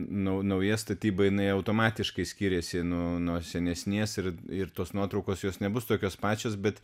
nauja statyba jinai automatiškai skyriasi nuo senesnės ir ir tos nuotraukos jos nebus tokios pačios bet